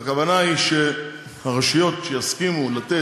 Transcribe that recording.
והכוונה היא שהרשויות שיסכימו לתת,